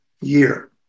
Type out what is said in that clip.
year